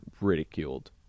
ridiculed